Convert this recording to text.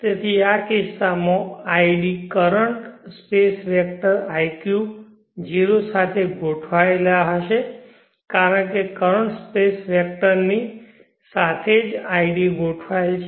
તેથી આ કિસ્સામાં id current space vector iq 0 સાથે ગોઠવાયેલ હશે કારણ કે કરંટ સ્પેસ વેક્ટર ની સાથે જ id ગોઠવાયેલ છે